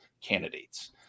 candidates